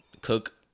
cook